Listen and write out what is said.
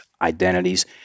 identities